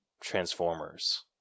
Transformers